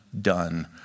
done